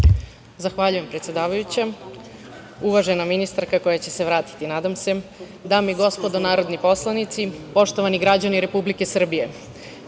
Zahvaljujem, predsedavajuća. Uvažena ministarka, koja će se vratiti, nadam se, dame i gospodo narodni poslanici, poštovani građani Republike Srbije,